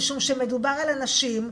משום שמדובר על אנשים,